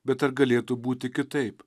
bet ar galėtų būti kitaip